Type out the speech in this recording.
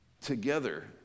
together